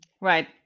right